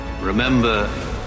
Remember